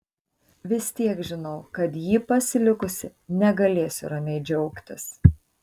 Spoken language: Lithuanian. vis tiek žinau kad jį pasilikusi negalėsiu ramiai džiaugtis